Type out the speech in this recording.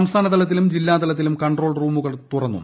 സംസ്ഥാനതല ത്തിലും ജില്ലാതലത്തിലും കൺട്രോൾ റൂമുകൾ തുറന്നു